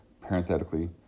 parenthetically